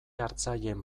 hartzaileen